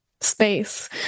space